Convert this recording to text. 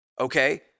Okay